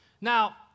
Now